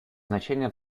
значение